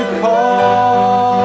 call